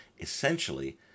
essentially